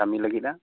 ᱠᱟᱹᱢᱤ ᱞᱟᱹᱜᱤᱫᱼᱟ